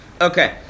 Okay